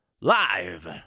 live